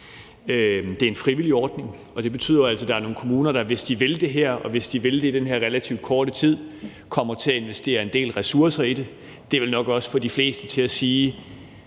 Det er en frivillig ordning, og det betyder jo altså, at der er nogle kommuner, der, hvis de vil det her, og hvis de vil det i den her relativt korte tid, kommer til at investere en del ressourcer i det. Det vil nok også få de fleste til at sige,